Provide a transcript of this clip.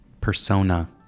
persona